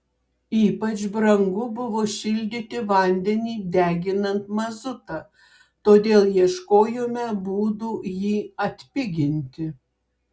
ypač brangu buvo šildyti vandenį deginant mazutą todėl ieškojome būdų jį atpiginti